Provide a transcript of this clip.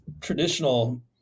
traditional